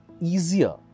easier